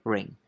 Ring